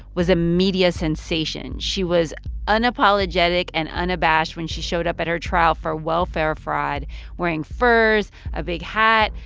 was a media sensation. she was unapologetic and unabashed when she showed up at her trial for welfare fraud wearing furs, a big hat,